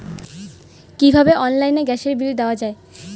কিভাবে অনলাইনে গ্যাসের বিল দেওয়া যায়?